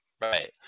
Right